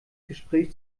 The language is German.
gespräch